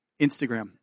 Instagram